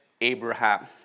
Abraham